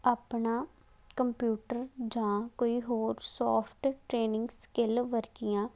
ਆਪਣਾ ਕੰਪਿਊਟਰ ਜਾਂ ਕੋਈ ਹੋਰ ਸੋਫਟ ਟ੍ਰੇਨਿੰਗ ਸਕਿਲ ਵਰਗੀਆਂ